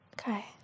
Okay